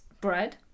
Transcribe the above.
bread